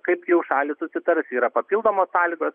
kaip jau šalys susitars yra papildomos sąlygos